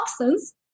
oxens